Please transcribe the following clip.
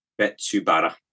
Betsubara